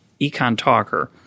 EconTalker